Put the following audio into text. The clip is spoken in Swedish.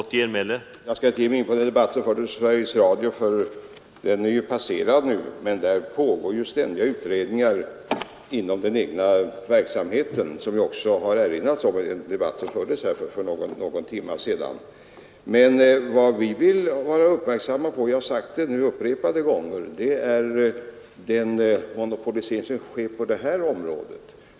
Herr talman! Jag skall inte ge mig in på den debatt som rör Sveriges Radio — den är passerad nu — men där pågår ständiga utredningar inom den egna verksamheten och det har också sagts i den debatt som fördes här för någon timme sedan. Jag har nu sagt det upprepade gånger att vi vill vara uppmärksamma på den monopolisering som i fortsättningen sker på det här området.